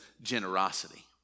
generosity